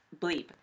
bleep